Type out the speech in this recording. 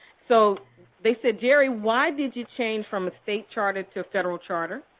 so they said, jerry, why did you change from a state charter to a federal charter?